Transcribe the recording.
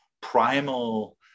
primal